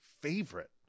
favorite